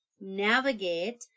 navigate